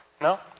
No